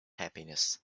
happiness